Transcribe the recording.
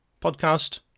podcast